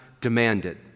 demanded